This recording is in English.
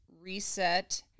reset